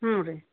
ಹ್ಞೂ ರೀ